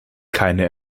keine